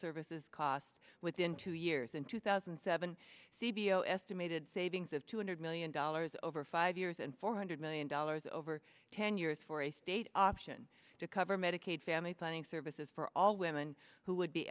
services costs within two years in two thousand and seven see below estimated savings of two hundred million dollars over five years and four hundred million dollars over ten years for a state option to cover medicaid family planning services for all women who would be